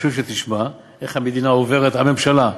חשוב שתשמע איך הממשלה עוברת על החוק,